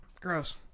gross